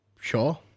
sure